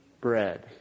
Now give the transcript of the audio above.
bread